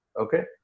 okay